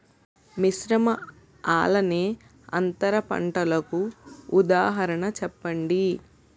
మిశ్రమ అలానే అంతర పంటలకు ఉదాహరణ చెప్పండి?